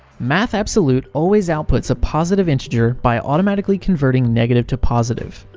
math absolute always outputs a positive integer by automatically converting negative to positive.